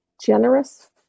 generous